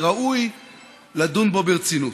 וראוי לדון בו ברצינות,